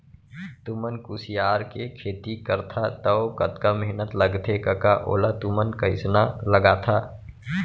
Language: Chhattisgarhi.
तुमन कुसियार के खेती करथा तौ कतका मेहनत लगथे कका ओला तुमन कइसना लगाथा